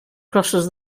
crosses